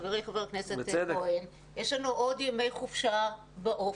חברי חבר הכנסת כהן, יש לנו עוד ימי חופשה באופק